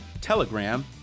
Telegram